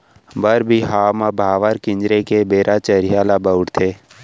बर बिहाव म भांवर किंजरे के बेरा चरिहा ल बउरथे